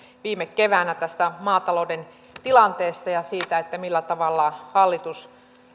viime keväänä tästä maatalouden tilanteesta ja siitä millä tavalla hallitus